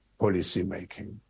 policymaking